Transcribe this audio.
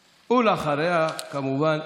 ואחריה, כמובן,